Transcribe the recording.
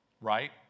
right